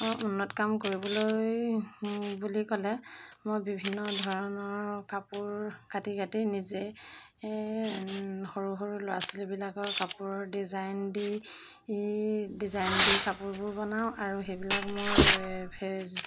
উন্নত কাম কৰিবলৈ বুলি ক'লে মই বিভিন্ন ধৰণৰ কাপোৰ কাটি কাটি নিজে সৰু সৰু ল'ৰা ছোৱালীবিলাকৰ কাপোৰৰ ডিজাইন দি ডিজাইন দি কাপোৰবোৰ বনাওঁ আৰু সেইবিলাক মোৰ ফেচ